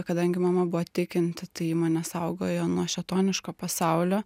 kadangi mama buvo tikinti tai ji mane saugojo nuo šėtoniško pasaulio